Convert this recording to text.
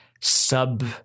sub